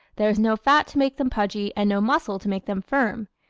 there is no fat to make them pudgy and no muscle to make them firm.